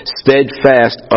steadfast